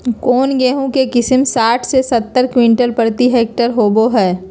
कौन गेंहू के किस्म साठ से सत्तर क्विंटल प्रति हेक्टेयर होबो हाय?